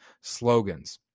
slogans